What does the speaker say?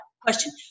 question